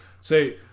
say